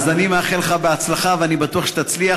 אז אני מאחל לך בהצלחה, ואני בטוח שתצליח.